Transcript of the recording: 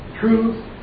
truth